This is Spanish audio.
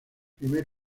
primer